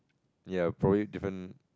ya probably different